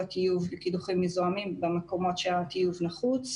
טיוב לקידוחים מזוהמים במקומות שהטיוב נחוץ,